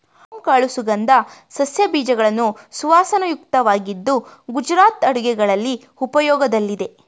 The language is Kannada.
ಓಂ ಕಾಳು ಸುಗಂಧ ಸಸ್ಯ ಬೀಜಗಳು ಸುವಾಸನಾಯುಕ್ತವಾಗಿದ್ದು ಗುಜರಾತ್ ಅಡುಗೆಗಳಲ್ಲಿ ಉಪಯೋಗದಲ್ಲಿದೆ